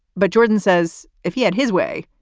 but jordan says if he had his way,